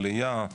העלייה,